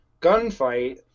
gunfight